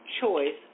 choice